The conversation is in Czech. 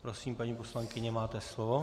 Prosím, paní poslankyně, máte slovo.